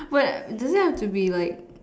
what does it have to be like